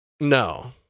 No